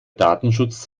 datenschutz